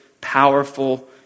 powerful